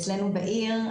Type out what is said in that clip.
אצלנו בעיר,